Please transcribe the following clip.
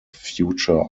future